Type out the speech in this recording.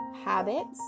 habits